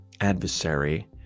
adversary